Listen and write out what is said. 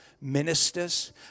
ministers